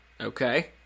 Okay